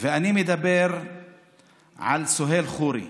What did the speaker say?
ואני מדבר על סוהיר חורי.